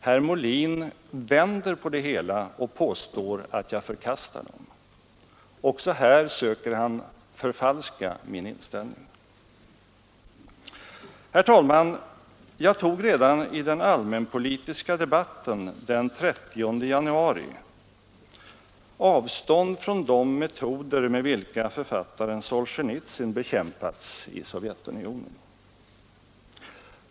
Herr Molin vänder på det hela och påstår att jag förkastar dem. Också här söker han förfalska min inställning. Jag tog redan i den allmänpolitiska debatten den 30 januari avstånd från de metoder med vilka författaren Solzjenitsyn bekämpas i Sovjetunionen.